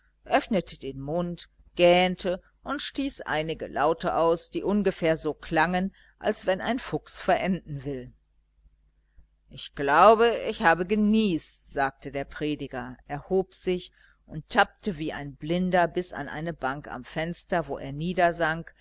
öffnete den mund gähnte und stieß einige laute aus die ungefähr so klangen als wenn ein fuchs verenden will ich glaube ich habe geniest sagte der prediger erhob sich und tappte wie ein blinder bis an eine bank am fenster wo er